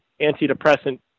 antidepressant